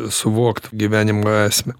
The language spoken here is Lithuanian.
suvokt gyvenimo esmę